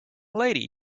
lady